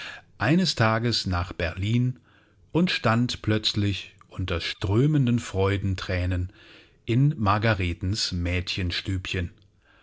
eines tages nach berlin und stand plötzlich unter strömenden freudenthränen in margaretens